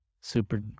super